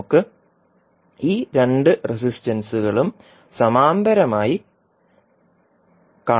നമുക്ക് ഈ രണ്ട് റെസിസ്റ്റൻസുകളും സമാന്തരമായി കാണാം